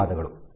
ಧನ್ಯವಾದಗಳು